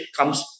comes